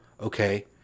Okay